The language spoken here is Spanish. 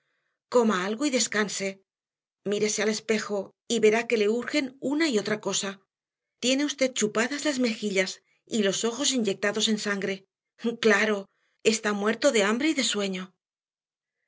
coma algo y descanse mírese al espejo y verá que le urgen una y otra cosa tiene usted chupadas las mejillas y los ojos inyectados en sangre claro está muerto de hambre y de sueño